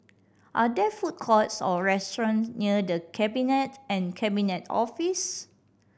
are there food courts or restaurants near The Cabinet and Cabinet Office